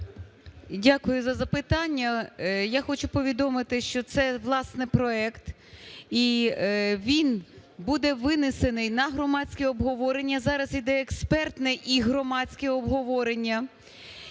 Дякую за запитання. Я хочу повідомити, що це, власне, проект, і він буде винесений на громадське обговорення, зараз йде експертне і громадське обговорення.